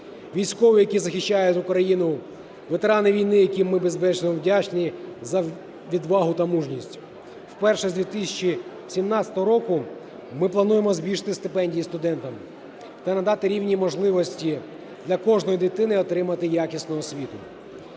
військові, які захищають Україну, ветерани війни, яким ми безмежно вдячні за відвагу та мужність. Вперше з 2017 року ми плануємо збільшити стипендії студентам та надати рівні можливості для кожної дитини отримати якісну освіту.